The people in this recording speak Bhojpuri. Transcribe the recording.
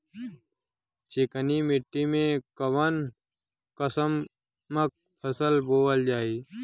चिकनी मिट्टी में कऊन कसमक फसल बोवल जाई?